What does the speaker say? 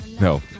No